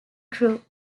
crew